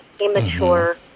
immature